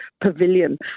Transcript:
Pavilion